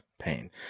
pain